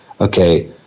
okay